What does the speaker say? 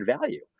value